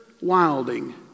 Wilding